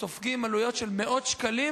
וסופגים עלויות של מאות שקלים.